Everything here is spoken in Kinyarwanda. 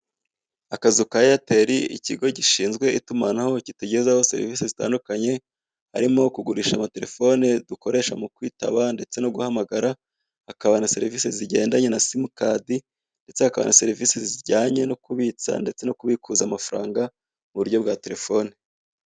Akazu ka eyateri ikigo gishinzwe itumanaho kitugezaho serivisi zitandukanye, harimo kugurisha amatelefone dukoresha mu kwitaba ndetse no guhamagara. Hakaba na serivise zigendanye na simukadi ndetse kakaba na serivise zijyanye no kubitsa no kubikuza amafaranga mu buryo bwa Telefone.